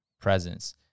presence